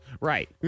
right